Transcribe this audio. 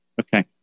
Okay